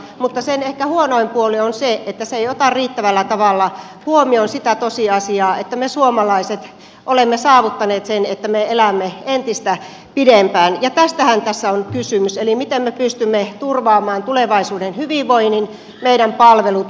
mutta sen ehkä huonoin puoli on se että se ei ota riittävällä tavalla huomioon sitä tosiasiaa että me suomalaiset olemme saavuttaneet sen että me elämme entistä pidempään ja tästähän tässä on kysymys eli miten me pystymme turvaamaan tulevaisuuden hyvinvoinnin meidän palvelut